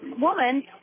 woman